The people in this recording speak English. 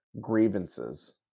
grievances